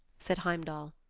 said heimdall.